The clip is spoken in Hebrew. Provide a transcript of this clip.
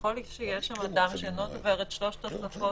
ככל שיהיה שם אדם שאינו דובר את שלושת השפות,